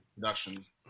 productions